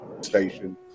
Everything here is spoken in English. station